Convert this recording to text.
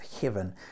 heaven